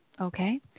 Okay